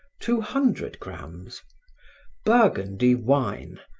two hundred grammes burgundy wine.